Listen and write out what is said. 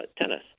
tennis